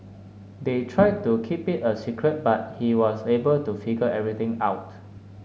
they tried to keep it a secret but he was able to figure everything out